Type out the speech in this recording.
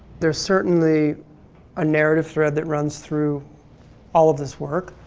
there's certainly a narrative thread that runs through all of this work.